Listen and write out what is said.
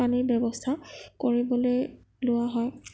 পানীৰ ব্যৱস্থা কৰিবলৈ লোৱা হয়